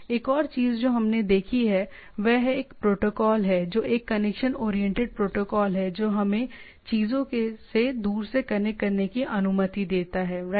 एक और चीज जो हमने देखी है वह एक प्रोटोकॉल है जो एक कनेक्शन ओरिएंटेड प्रोटोकॉल है जो हमें चीजों से दूर से कनेक्ट करने की अनुमति देता है राइट